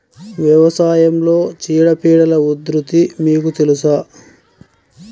వ్యవసాయంలో చీడపీడల ఉధృతి మీకు తెలుసా?